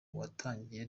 watangiye